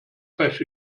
pech